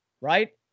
right